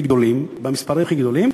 במספרים הכי גדולים,